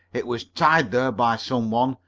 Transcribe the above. it was tied there by some one,